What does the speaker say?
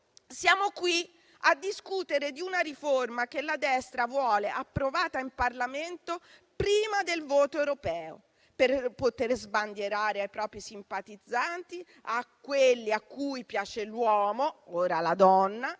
Siamo qui a discutere di una riforma che la destra vuole approvata in Parlamento prima del voto europeo, per poter sbandierare ai propri simpatizzanti, a quelli cui piace l'uomo - ora la donna